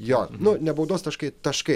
jo nu ne baudos taškai taškai